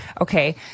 Okay